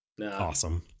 Awesome